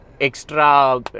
extra